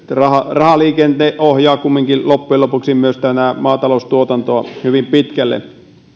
rahaliikenne ohjaa kumminkin loppujen lopuksi myös maataloustuotantoa hyvin pitkälle